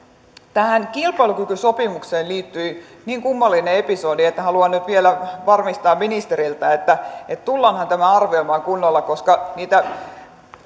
tähän kilpailukykysopimukseen liittyi niin kummallinen episodi että haluan nyt vielä varmistaa ministereiltä että että tullaanhan tämä arvioimaan kunnolla koska oli niitä